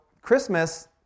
Christmas